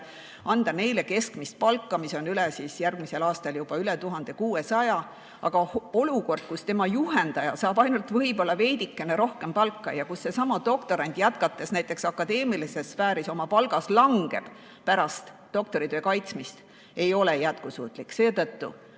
anda keskmist palka, mis on järgmisel aastal juba üle 1600. Aga olukord, kus tema juhendaja saab ainult võib-olla veidikene rohkem palka ja kus sellelsamal doktorandil, kui ta jätkab näiteks akadeemilises sfääris, palk langeb pärast doktoritöö kaitsmist, ei ole jätkusuutlik. Mul